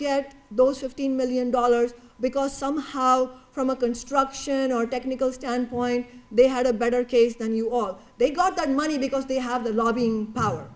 get those fifteen million dollars because somehow from a construction or technical standpoint they had a better case than you or they got the money because they have the lobbying power